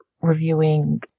reviewing